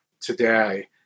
today